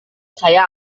saya